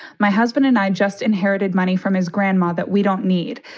my husband and i just inherited money from his grandma that we don't need.